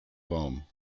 baum